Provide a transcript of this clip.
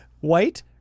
White